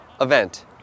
event